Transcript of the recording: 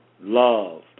love